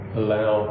allow